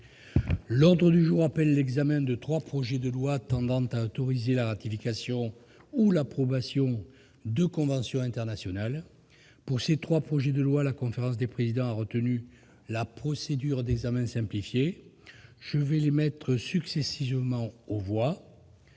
L'ordre du jour appelle l'examen de trois projets de loi tendant à autoriser la ratification ou l'approbation de conventions internationales. Pour ces trois projets de loi, la conférence des présidents a retenu la procédure d'examen simplifié. Je vais donc les mettre successivement aux voix.